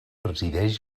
resideix